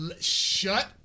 shut